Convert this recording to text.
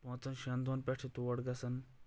پانٛژن شیٚن دۄہن پٮ۪ٹھ چھِ تور گژھان